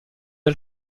des